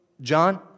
John